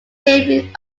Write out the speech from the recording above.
game